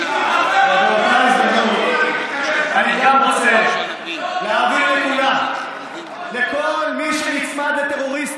באותה הזדמנות אני גם רוצה להבהיר לכולם: כל מי שנצמד לטרוריסטים,